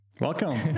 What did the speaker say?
Welcome